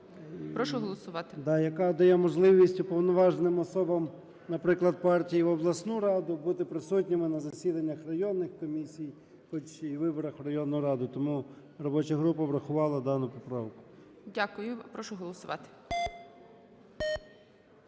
О.М. Да, яка дає можливість уповноваженим особам, наприклад, партії в обласну раду бути присутніми на засіданнях районних комісій, хоч і виборах в районну раду. Тому робоча група врахувала дану поправку. ГОЛОВУЮЧИЙ. Дякую. Прошу голосувати.